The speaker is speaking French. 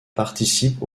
participe